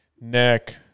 neck